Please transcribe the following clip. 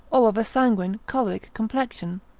or of a sanguine choleric complexion,